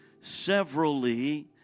severally